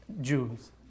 Jews